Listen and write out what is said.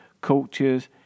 cultures